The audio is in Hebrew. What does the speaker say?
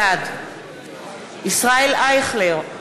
בעד ישראל אייכלר,